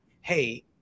Hey